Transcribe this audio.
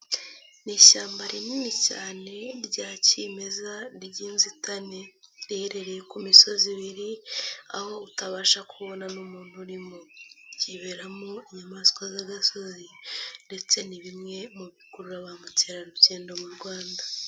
Ni ishyamba rinini cyane rya kimeza ry'inzitane riherereye ku misozi ibiri aho utabasha kubona n'umuntu urimo, ryiberamo inyamaswa z'agasozi ndetse ni bimwe mu bikurura ba mukerarugendo mu Rwanda.